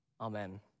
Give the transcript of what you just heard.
Amen